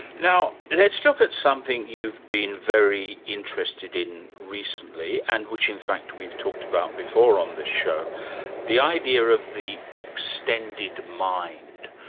now, let's look at something you've been very interested in recently, and which in fact we've talked about before on this show the idea of the extended mind.